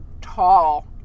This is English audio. tall